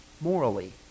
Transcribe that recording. morally